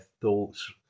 thoughts